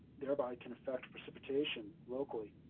thereby can affect precipitation locally.